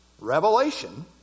revelation